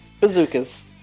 Bazookas